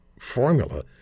formula